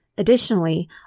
Additionally